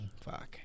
Fuck